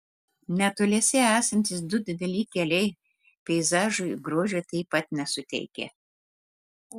netoliese esantys du dideli keliai peizažui grožio taip pat nesuteikia